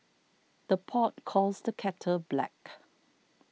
the pot calls the kettle black